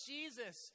Jesus